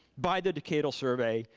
by the decadal survey,